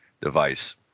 device